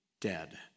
dead